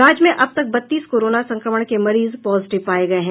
राज्य में अब तक बत्तीस कोरोना संक्रमण के मरीज पॉजिटिव पाये गये हैं